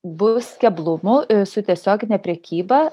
bus keblumų su tiesiogine prekyba